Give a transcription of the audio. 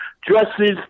dresses